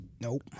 Nope